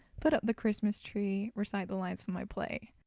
put up the christmas tree, recite the lines for my play.